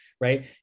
right